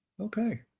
Okay